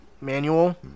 manual